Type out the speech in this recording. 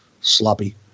sloppy